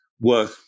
work